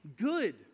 good